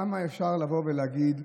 כמה אפשר לבוא ולהגיד,